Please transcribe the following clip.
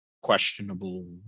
questionable